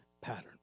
pattern